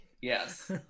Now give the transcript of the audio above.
Yes